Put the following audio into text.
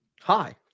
Hi